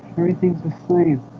everything's the same